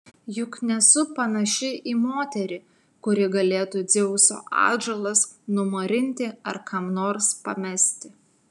juk nesu panaši į moterį kuri galėtų dzeuso atžalas numarinti ar kam nors pamesti